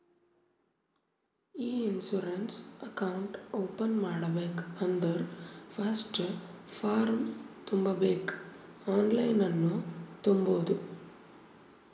E insurance account open ಮಾಡ್ಬೇಕ ಅಂದುರ್ first form ತುಂಬಬೇಕ್ ಆನ್ಲೈನನ್ನು ತುಂಬೋದು